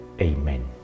Amen